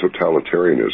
totalitarianism